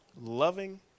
loving